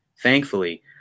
thankfully